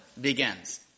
begins